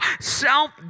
self